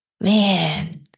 Man